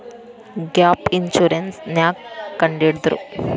Gap insurance ನ್ಯಾಕ್ ಕಂಢಿಡ್ದ್ರು?